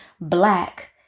black